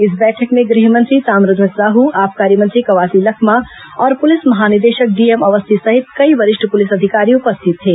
इस बैठक में गृहमंत्री ताम्रध्वज साहू आबकारी मंत्री कवासी लखमा और पुलिस महानिदेशक डीएम अवस्थी सहित कई वरिष्ठ पुलिस अधिकारी उपस्थित थे